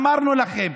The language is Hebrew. אמרנו לכם,